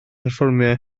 perfformio